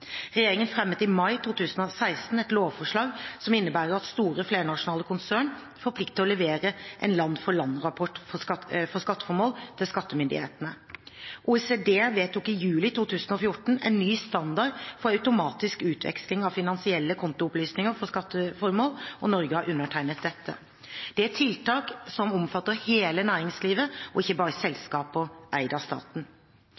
Regjeringen fremmet i mai 2016 et lovforslag som innebærer at store flernasjonale konsern får plikt til å levere en land-for-land-rapport for skatteformål til skattemyndighetene. OECD vedtok i juli 2014 en ny standard for automatisk utveksling av finansielle kontoopplysninger for skatteformål, og Norge har undertegnet dette. Det er tiltak som omfatter hele næringslivet og ikke bare